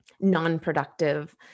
non-productive